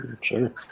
Sure